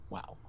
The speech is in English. Wow